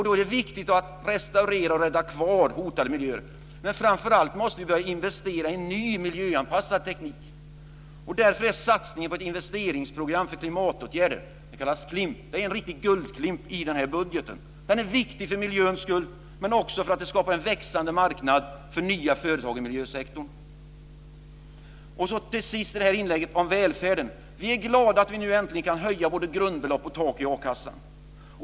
Då är det viktigt att restaurera och rädda kvar hotade miljöer, men framför allt måste vi börja investera i ny miljöanpassad teknik. Därför är satsningen på ett investeringsprogram för klimatåtgärder, KLIMP, en riktig guldklimp i budgeten. Den är viktig för miljöns skull men också för att skapa en växande marknad för nya företag i miljösektorn. Till sist i detta inlägg ska jag tala om välfärden. Vi är glada att vi nu äntligen kan höja både grundbelopp och tak i a-kassan.